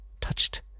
touched